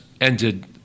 ended